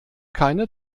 keine